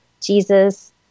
Jesus